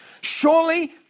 Surely